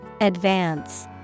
Advance